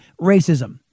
racism